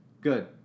Good